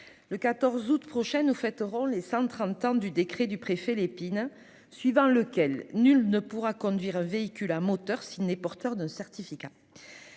le 14 août prochain, nous fêterons les 130 ans du décret du préfet Lépine aux termes duquel nul « ne pourra conduire un véhicule à moteur mécanique s'il n'est porteur d'un certificat »